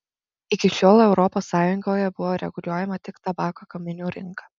iki šiol europos sąjungoje buvo reguliuojama tik tabako gaminių rinka